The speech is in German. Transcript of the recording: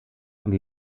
und